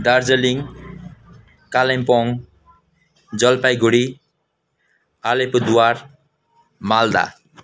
Darjeeling Kalimpong Jalpaiguri Alipurduar Malda